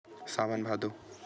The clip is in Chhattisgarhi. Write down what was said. सावन भादो